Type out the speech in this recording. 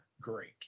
great